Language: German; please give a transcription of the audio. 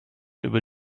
über